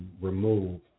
remove